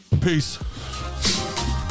Peace